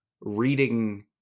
reading